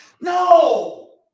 No